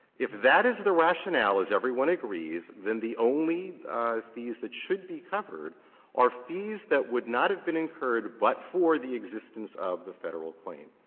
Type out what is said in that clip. if that is the rationale, as everyone agrees, then the only fees that should be covered are fees that would not have been incurred but for the existence of the federal claim,